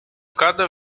cada